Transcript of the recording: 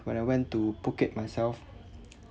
when I went to phuket myself